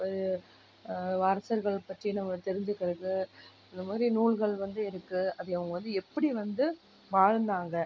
அரசர்கள் பற்றி நம்ப தெரிஞ்சுக்கிறது இந்த மாதிரி நூல்கள் வந்து இருக்குது அது அவங்க வந்து எப்படி வந்து வாழ்ந்தாங்க